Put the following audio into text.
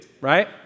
right